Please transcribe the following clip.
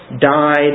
died